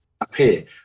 appear